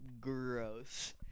gross